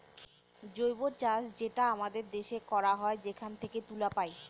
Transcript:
জৈব চাষ যেটা আমাদের দেশে করা হয় সেখান থেকে তুলা পায়